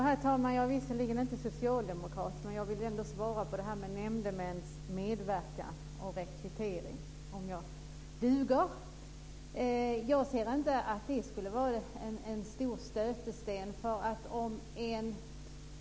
Herr talman! Jag är visserligen inte socialdemokrat, men jag vill svara på frågan om nämndemäns medverkan och rekrytering om jag duger. Jag ser inte att det skulle vara någon stor stötesten.